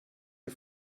der